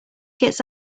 gets